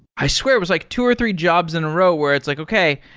i swear. it was like two or three jobs in a row where it's like, okay,